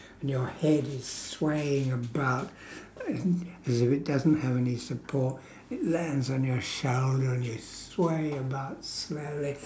and your head is swaying about as if it doesn't have any support it lands on your shoulder and you sway about